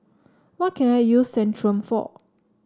what can I use Centrum for